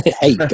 Hey